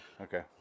Okay